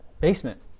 basement